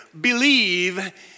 believe